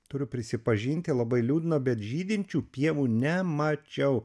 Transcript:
turiu prisipažinti labai liūdna bet žydinčių pievų nemačiau